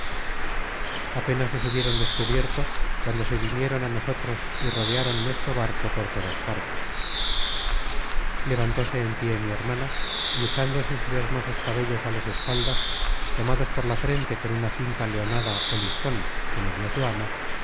apenas nos hubieron descubierto cuando se vinieron á nosotros y rodearon nuestro barco por todas partes levantóse en pié mi hermana y echándose sus hermosos cabellos a las espaldas tomados por la frente con una cinta leonada ó liston que le dió su ama